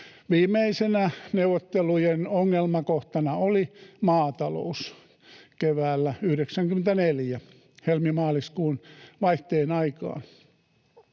viimeisenä neuvottelujen ongelmakohtana oli maatalous. Se oli keväällä 94 helmi—maaliskuun vaihteen aikaan.